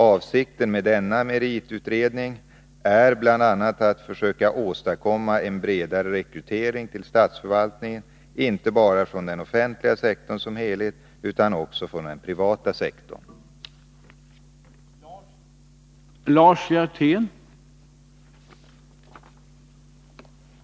Avsikten med denna meritutredning är bl.a. att försöka åstadkomma en bredare rekrytering till statsförvaltningen inte bara från den offentliga sektorn som helhet utan också från den privata arbetsmarknaden.